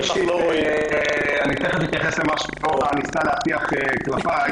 תיכף אתייחס למה שאורנה ניסתה להטיח כלפיי.